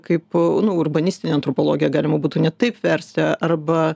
kaip urbanistinė antropologė galima būtų net taip versti arba